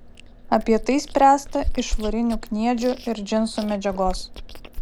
apie tai spręsta iš varinių kniedžių ir džinsų medžiagos